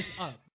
up